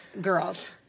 girls